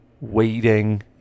waiting